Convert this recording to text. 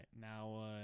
Now